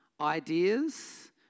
ideas